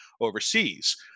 overseas